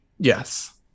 Yes